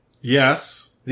Yes